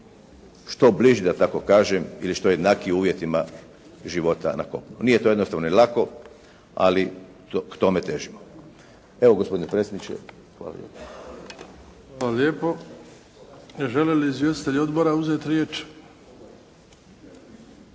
što bliži da tako kažem ili što jednakiji uvjetima života na kopnu. Nije to jednostavno ni lako, ali k tome težimo. Evo gospodine predsjedniče, hvala lijepo. **Bebić, Luka (HDZ)** Hvala lijepo. Žele li izvjestitelji odbora uzeti riječ?